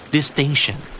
distinction